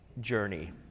journey